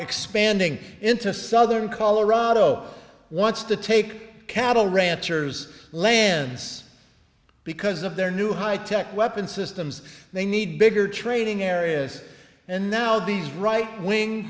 expanding into southern colorado wants to take cattle ranchers lands because of their new high tech weapons systems they need bigger training areas and now these right wing